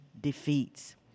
defeats